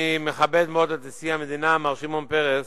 אני מכבד מאוד את נשיא המדינה מר שמעון פרס,